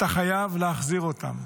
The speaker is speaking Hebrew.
אתה חייב להחזיר אותם.